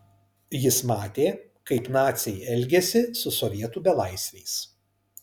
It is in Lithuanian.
jis matė kaip naciai elgiasi su sovietų belaisviais